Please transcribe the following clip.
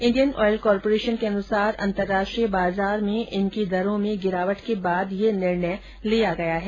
Indian Oil Corporation के अनुसार अंतर्राष्ट्रीय बाजार में इनकी दरों में गिरावट के बाद यह निर्णय लिया गया है